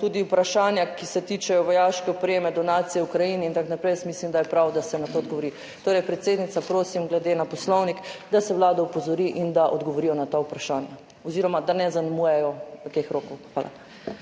tudi vprašanja, ki se tičejo vojaške opreme, donacij Ukrajini in tako naprej, jaz mislim, da je prav, da se na to odgovori. Torej, predsednica, prosim glede na Poslovnik, da se vlado opozori in da odgovorijo na ta vprašanja oziroma da ne zaznamujejo teh rokov. Hvala.